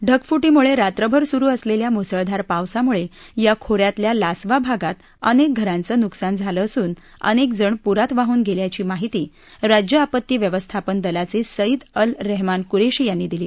ढगफुटीमुळे रात्रभर सुरु असलेल्या मुसळधार पावसामुळे या खोऱ्यातल्या लासवा भागात अनेक घरांचं नुकसान झालं असून अनेकजण पुरात वाहून गेल्याची माहिती राज्य आपत्ती व्यवस्थापन दलाचे सईद अल रेहमान कुरेशी यांनी दिली